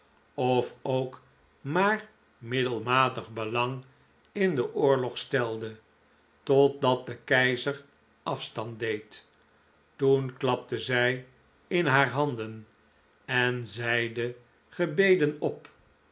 of ook maar middelmatig belang in den oorlog stelde totdat de keizer afstand deed toen klapte zij in haar handen en zeide gebeden op